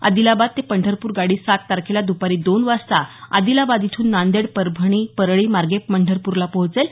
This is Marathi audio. आदिलाबाद ते पंढरपूर गाडी सात तारखेला द्पारी दोन वाजता आदिलाबादइथून नांदेड परभणी परळी मार्गे पंढरपूरला पोहोचेल